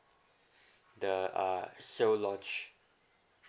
the uh sale launch